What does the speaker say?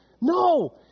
No